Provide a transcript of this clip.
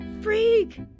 freak